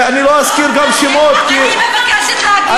אני לא אזכיר גם שמות, אני מבקשת להגיב.